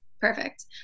perfect